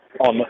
on